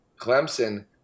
Clemson